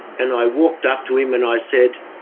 and i walked up to him and i said,